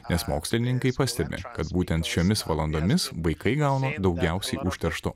nes mokslininkai pastebi kad būtent šiomis valandomis vaikai gauna daugiausiai užteršto